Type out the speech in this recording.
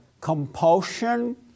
compulsion